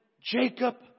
Jacob